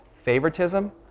favoritism